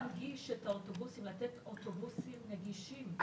למה אי אפשר לתת אוטובוסים נגישים?